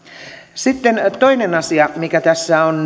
sitten toinen asia mikä tässä on